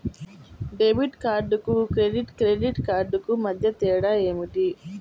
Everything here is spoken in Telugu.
డెబిట్ కార్డుకు క్రెడిట్ క్రెడిట్ కార్డుకు మధ్య తేడా ఏమిటీ?